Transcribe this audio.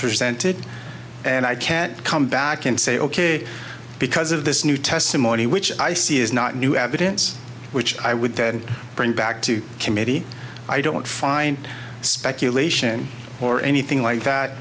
presented and i can't come back and say ok because of this new testimony which i see is not new evidence which i would then bring back to the committee i don't find speculation or anything like that